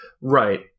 Right